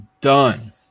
Done